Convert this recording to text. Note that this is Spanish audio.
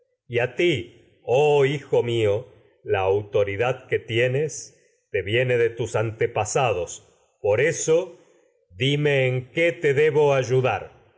y a te ti hijo mío la autoridad que en tienes viene de tus antepasados por eso dime qué te debo ayudar